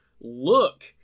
look